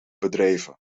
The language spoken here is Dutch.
bedrijven